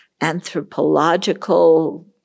anthropological